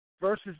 versus